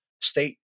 state